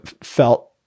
felt